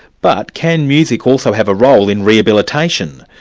but can music also have a role in rehabilitation?